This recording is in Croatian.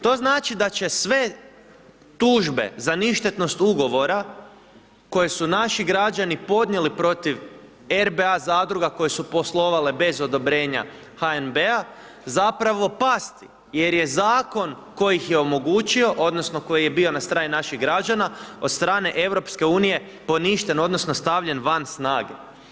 To znači da će sve tužbe za ništetnost ugovora koje su naši građani podnijeli protiv RBA zadruga koje su poslovale bez odobrenja HNB-a zapravo pasti jer je Zakon koji ih je omogućio odnosno koji je bio na strani naših građana od strane Europske unije poništen odnosno stavljen van snage.